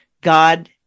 God